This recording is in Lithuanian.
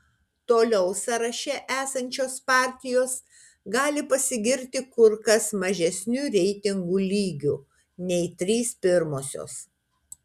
toliau sąraše esančios partijos gali pasigirti kur kas mažesniu reitingų lygiu nei trys pirmosios